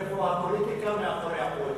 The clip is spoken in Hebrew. איפה הפוליטיקה מאחורי הכול?